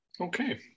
Okay